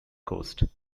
coast